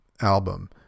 album